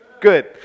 Good